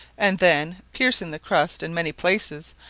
and then, piercing the crust in many places,